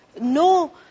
no